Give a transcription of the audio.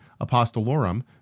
Apostolorum